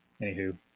anywho